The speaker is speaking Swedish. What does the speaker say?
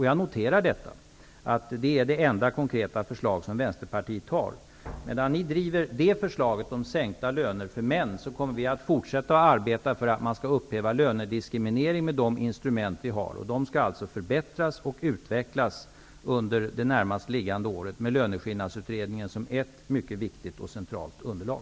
Jag noterar att det är det enda konkreta förslag som Vänsterpartiet har. Medan ni driver det förslaget kommer vi att fortsätta att arbeta för att man skall upphäva lönediskriminering med de instrument vi har, och det skall alltså förbättras och utvecklas under det närmaste året, med Löneskillnadsutredningen som ett mycket viktigt och centralt underlag.